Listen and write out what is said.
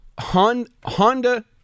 honda